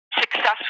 successful